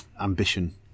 ambition